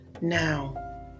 Now